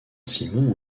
simon